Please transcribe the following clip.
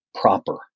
proper